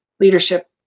Leadership